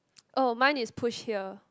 oh mine is push here